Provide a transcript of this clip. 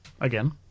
Again